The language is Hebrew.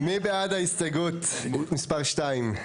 מי בעד הסתייגות מספר 2?